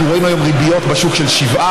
אנחנו רואים היום בשוק ריביות של 7%,